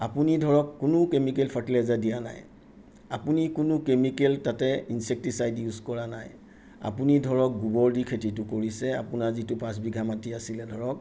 আপুনি ধৰক কোনো কেমিকেল ফাৰ্টিলাইজাৰ দিয়া নাই আপুনি কোনো কেমিকেল তাতে ইনচেক্টিচাইট ইউজ কৰা নাই আপুনি ধৰক গোবৰ দি খেতিটো কৰিছে আপোনাৰ যিটো পাঁচবিঘা মাটি আছিলে ধৰক